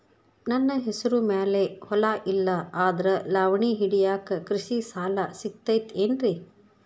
ನನ್ನ ಹೆಸರು ಮ್ಯಾಲೆ ಹೊಲಾ ಇಲ್ಲ ಆದ್ರ ಲಾವಣಿ ಹಿಡಿಯಾಕ್ ಕೃಷಿ ಸಾಲಾ ಸಿಗತೈತಿ ಏನ್ರಿ?